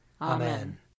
Amen